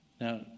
Now